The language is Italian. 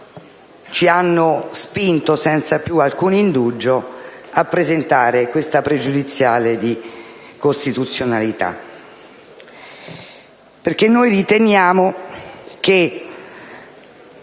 ci hanno spinto senza più alcun indugio a presentare questa pregiudiziale di costituzionalità.